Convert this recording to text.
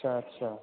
आथसा आथसा